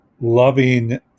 loving